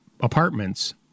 apartments